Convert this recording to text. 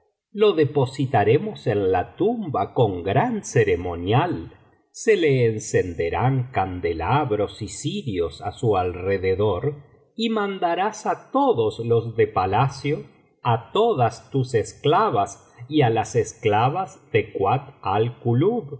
lo depositaremos en la tumba con gran ceretomo iii biblioteca valenciana las mil noches y una noche monial se le encenderán candelabros y cirios á su alrededor y mandarás á todos los de palacio á todas tus esclavas y á las esclavas de kuat